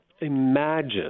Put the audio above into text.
imagine